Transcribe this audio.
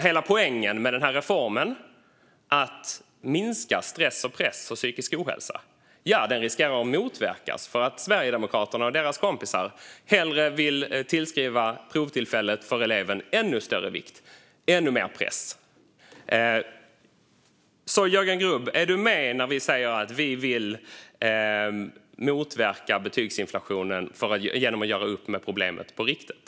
Hela poängen med den här reformen - att minska stress, press och psykisk ohälsa - riskerar att motverkas för att Sverigedemokraterna och deras kompisar hellre vill tillskriva elevens provtillfälle ännu större vikt, ännu mer press. Jörgen Grubb! Är du med när vi säger att vi vill motverka inflationen genom att göra upp med problemet på riktigt?